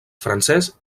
francès